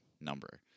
number